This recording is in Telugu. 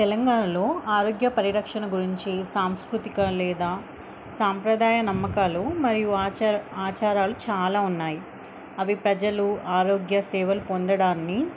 తెలంగాణలో ఆరోగ్య పరిరక్షణ గురించి సాంస్కృతిక లేదా సాంప్రదాయ నమ్మకాలు మరియు ఆచారాలు చాలా ఉన్నాయి అవి ప్రజలు ఆరోగ్య సేవలు పొందడాన్ని